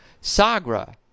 Sagra